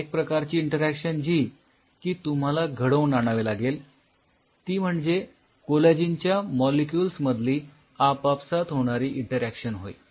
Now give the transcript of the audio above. एक प्रकारची इंटरॅक्शन जी की तुम्हाला घडवून आणावी लागेल ती म्हणजे कोलॅजिनच्या मॉलिक्युल्स मधली आपसात होणारी इंटरॅक्शन होय